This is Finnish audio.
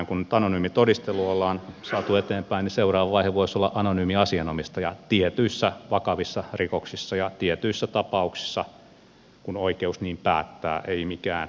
kun nyt anonyymi todistelu ollaan saatu eteenpäin seuraava vaihe voisi olla anonyymi asianomistaja tietyissä vakavissa rikoksissa ja tietyissä tapauksissa kun oikeus niin päättää ei mikään massatapaus